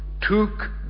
took